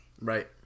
Right